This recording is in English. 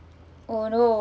oh no